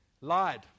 lied